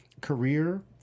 career